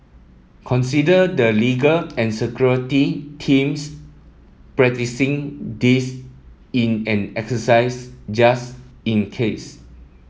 consider the legal and security teams practising this in an exercise just in case